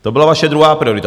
To byla vaše druhá priorita.